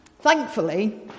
Thankfully